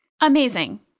Amazing